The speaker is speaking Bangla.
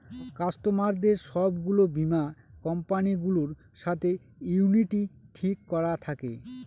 কাস্টমারদের সব গুলো বীমা কোম্পানি গুলোর সাথে ইউনিটি ঠিক করা থাকে